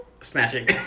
smashing